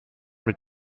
mit